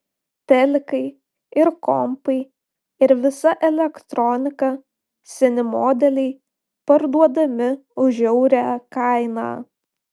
telikai ir kompai ir visa elektronika seni modeliai parduodami už žiaurią kainą